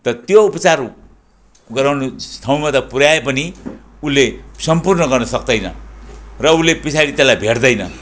तर त्यो उपचार गराउने ठाउँमा त पुर्यायो पनि उसले सम्पूर्ण गर्न सक्दैन र उसले पछाडि त्यसलाई भेट्दैन